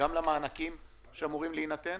למענקים שאמורים להינתן